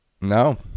No